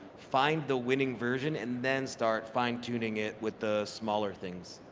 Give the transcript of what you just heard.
find the winning version and then start fine-tuning it with the smaller things.